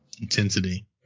intensity